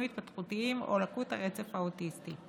התפתחותיים או לקות על הרצף האוטיסטי.